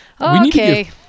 Okay